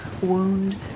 wound